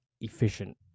efficient